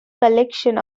collection